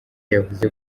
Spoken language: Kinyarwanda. yavuze